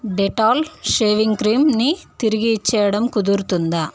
Dettol shaving క్రీంని తిరిగి ఇచ్చెయ్యడం కుదురుతుందా